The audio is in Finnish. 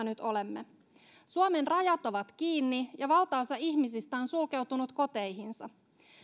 nyt olemme suomen rajat ovat kiinni ja valtaosa ihmisistä on sulkeutunut koteihinsa